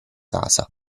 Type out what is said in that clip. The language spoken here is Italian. casa